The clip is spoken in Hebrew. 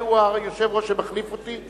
מיהו היושב-ראש שמחליף אותי?